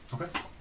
Okay